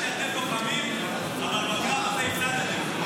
אני יודע שאתם לוחמים, אבל בקרב הזה הפסדתם.